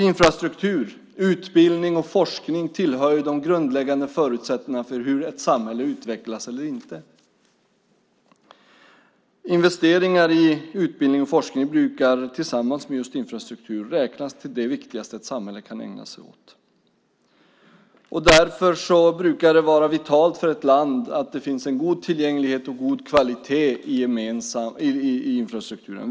Infrastruktur, utbildning och forskning tillhör nämligen de grundläggande förutsättningarna när det gäller hur ett samhälle utvecklas eller inte. Investeringar i utbildning och forskning brukar tillsammans med just infrastruktur räknas till det viktigaste ett samhälle kan ägna sig åt. Därför brukar det vara vitalt för ett land att det finns en god tillgänglighet och en god kvalitet i infrastrukturen.